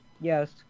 Yes